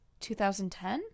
2010